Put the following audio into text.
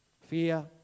fear